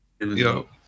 Yo